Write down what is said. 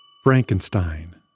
Frankenstein